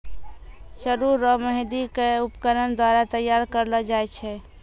सरु रो मेंहदी के उपकरण द्वारा तैयार करलो जाय छै